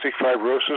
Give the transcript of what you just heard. fibrosis